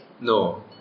No